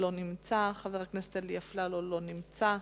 לא נמצא, חבר הכנסת אלי אפללו, לא נמצא,